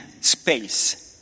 space